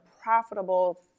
profitable